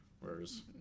Whereas